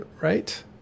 right